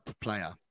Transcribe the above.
player